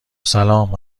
سلام